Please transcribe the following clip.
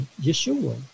Yeshua